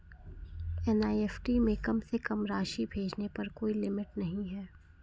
NEFT में कम से कम राशि भेजने पर कोई लिमिट नहीं है